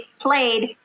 played